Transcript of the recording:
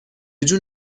جون